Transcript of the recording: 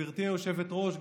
גברתי היושבת-ראש,